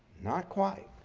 not quite.